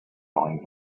flung